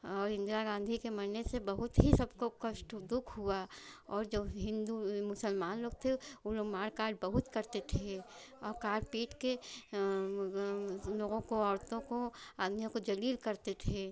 और इंदिरा गाँधी के मरने से बहुत ही सबको कष्ट दुख हुआ और जो हिन्दू मुसलमान लोग थे ऊ लोग मार काट बहुत करते थे और काट पीट कर लोगों को औरतों को आदमियों को ज़लील करते थे